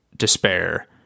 despair